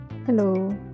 hello